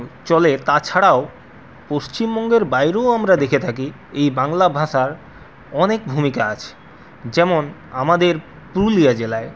চলে তাছাড়াও পশ্চিমবঙ্গের বাইরেও আমরা দেখে থাকি এই বাংলা ভাষার অনেক ভূমিকা আছে যেমন আমাদের পুরুলিয়া জেলায়